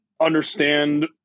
understand